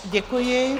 Děkuji.